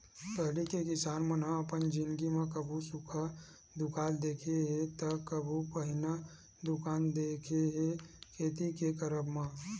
पहिली के किसान मन ह अपन जिनगी म कभू सुक्खा दुकाल देखे हे ता कभू पनिहा दुकाल देखे हे खेती के करब म